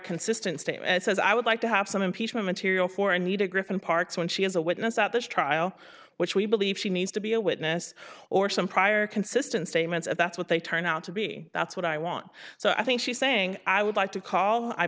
consistent state says i would like to have some impeachment here for i need a griffon parts when she is a witness at this trial which we believe she needs to be a witness or some prior consistent statements and that's what they turn out to be that's what i want so i think she's saying i would like to call i